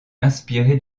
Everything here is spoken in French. inspiré